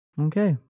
Okay